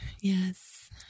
yes